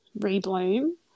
re-bloom